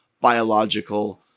biological